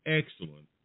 excellent